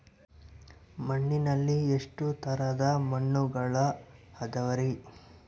ಮಣ್ಣಿನಲ್ಲಿ ಎಷ್ಟು ತರದ ಮಣ್ಣುಗಳ ಅದವರಿ?